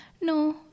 No